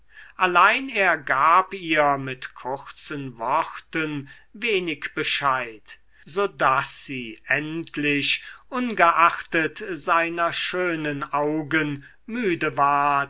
allein er gab ihr mit kurzen worten wenig bescheid so daß sie endlich ungeachtet seiner schönen augen müde ward